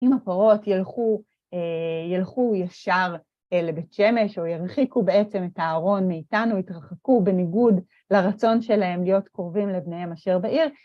אם הפרות ילכו אה... ילכו ישר לבית שמש, או ירחיקו בעצם את הארון מאיתנו, יתרחקו בניגוד לרצון שלהם להיות קורבים לבניהם אשר בעיר,